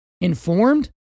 informed